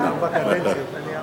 אדוני.